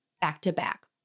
back-to-back